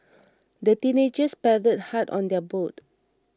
the teenagers paddled hard on their boat